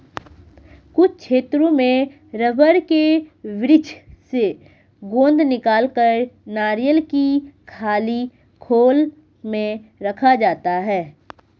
कुछ क्षेत्रों में रबड़ के वृक्ष से गोंद निकालकर नारियल की खाली खोल में रखा जाता है